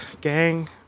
gang